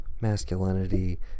masculinity